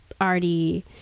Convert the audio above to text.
already